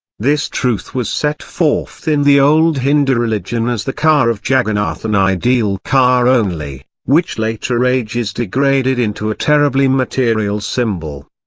this truth was set forth in the old hindu religion as the car of jaggarnath an ideal car only, which later ages degraded into a terribly material symbol.